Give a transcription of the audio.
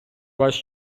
вас